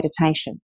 meditation